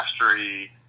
mastery